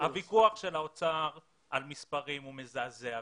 הוויכוח של האוצר על מספרים מזעזע.